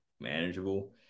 manageable